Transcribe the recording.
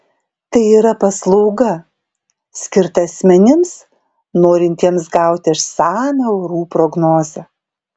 tai yra paslauga skirta asmenims norintiems gauti išsamią orų prognozę